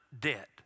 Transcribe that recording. debt